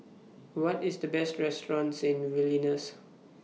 What IS The Best restaurants in Vilnius